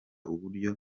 uburyo